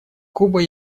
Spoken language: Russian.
куба